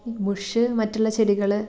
Bush മറ്റുള്ള ചെടികള്